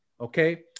Okay